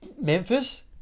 Memphis